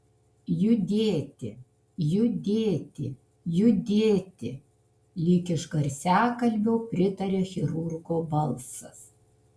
judėti judėti judėti lyg iš garsiakalbio pritaria chirurgo balsas